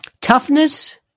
Toughness